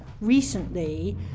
recently